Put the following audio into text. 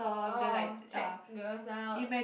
oh check girls out